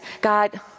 God